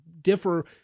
differ